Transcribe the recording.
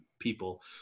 people